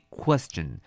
question